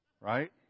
right